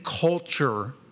culture